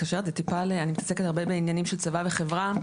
אני מתעסקת הרבה בעניינים של צבא וחברה,